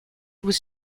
was